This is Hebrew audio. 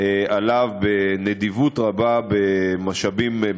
עליו בנדיבות רבה במשאבים,